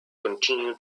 continue